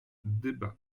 debat